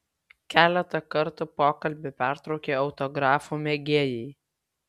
keletą kartų pokalbį pertraukė autografų mėgėjai